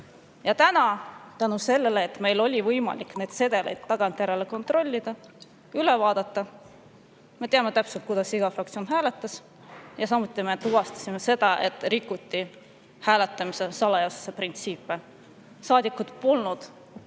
panna. Tänu sellele, et meil oli võimalik neid sedeleid tagantjärele kontrollida, üle vaadata, teame me nüüd täpselt, kuidas iga fraktsioon hääletas. Samuti tuvastasime, et rikuti hääletamise salajasuse printsiipi. Saadikud polnud